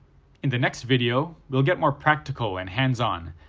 in the next video we'll get more practical and hands-on,